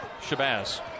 Shabazz